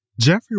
Jeffrey